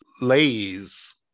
Lay's